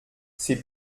c’est